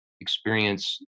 experience